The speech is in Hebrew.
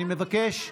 אני מבקש,